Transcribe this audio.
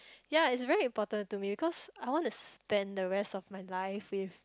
ya it's very important to me because I want to spend the rest of my life with